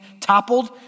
toppled